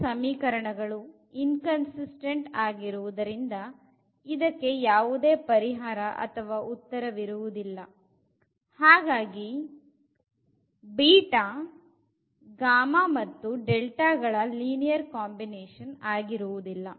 ಇಲ್ಲಿನ ಸಮೀಕರಣ ಗಳು ಇನ್ ಕಂಸಿಸ್ಟೆಂಟ್ ಆಗಿರುವುದರಿಂದ ಇದಕ್ಕೆ ಯಾವುದೇ ಪರಿಹಾರ ಅಥವಾ ಉತ್ತರವಿರುವುದಿಲ್ಲ ಹಾಗಾಗಿ ಗಳ ಲೀನಿಯರ್ ಕಾಂಬಿನೇಶನ್ ಆಗಿರುವುದಿಲ್ಲ